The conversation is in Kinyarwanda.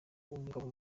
umugabo